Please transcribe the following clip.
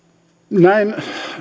näin